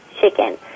chicken